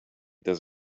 does